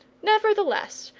nevertheless,